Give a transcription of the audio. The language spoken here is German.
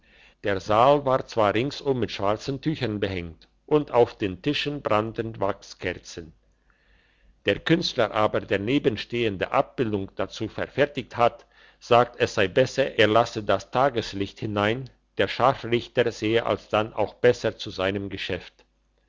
der saal war zwar ringsum mit schwarzen tüchern behängt und auf den tischen brannten wachskerzen der künstler aber der nebenstehende abbildung dazu verfertiget hat sagt es sei besser er lasse das tageslicht hinein der scharfrichter sehe alsdann auch besser zu seinem geschäft